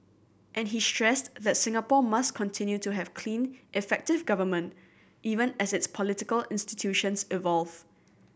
and he stressed that Singapore must continue to have clean effective government even as its political institutions evolve